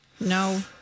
No